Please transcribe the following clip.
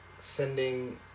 sending